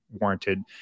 warranted